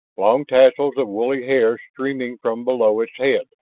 long tassels of woolly hair streaming from below its head.